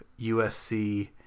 USC